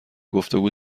گفتگو